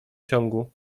ciągu